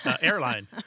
Airline